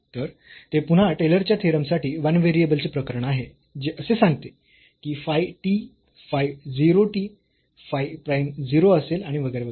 तर ते पुन्हा टेलर च्या थेरम साठी 1 व्हेरिएबलचे प्रकरण आहे जे असे सांगते की phi t phi 0 t phi prime 0 असेल आणि वगैरे वगैरे